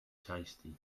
tasty